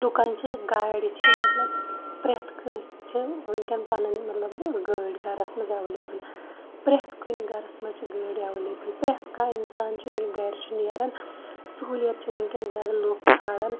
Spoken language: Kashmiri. لُکَن چھِ گاڑِ چھِ مَطلَب پرٛٮ۪تھ کٲنٛسہِ چھِ وٕنکٮ۪ن پَنٕنۍ مَطلَب گٲڑۍ گَرَس مَنٛز ایویلیبٕل پرٛٮ۪تھ کُنہِ گَرَس مَنٛز چھِ گٲڑۍ ایویلیبٕل پرٛٮ۪تھ کانٛہہ اِنسان چھُ ییٚلہِ گَرِ چھُ نیران سُہولِیَت چھِ وٕنکٮ۪ن زیادٕ لُکھ ژھانڈان